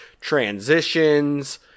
transitions